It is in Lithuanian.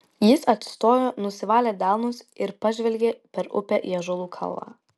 jis atsistojo nusivalė delnus ir pažvelgė per upę į ąžuolų kalvą